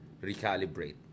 recalibrate